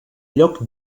lloc